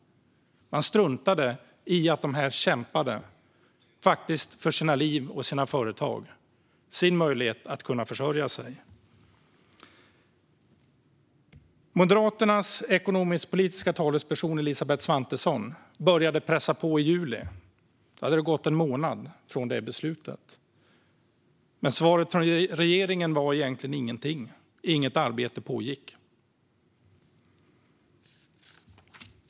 Man struntade i att dessa människor faktiskt kämpade för sina liv - för sina företag och för sin möjlighet att försörja sig. Moderaternas ekonomisk-politiska talesperson Elisabeth Svantesson började pressa på i juli. Då hade det gått en månad sedan beslutet. Svaret från regeringen var egentligen ingenting. Inget arbete pågick.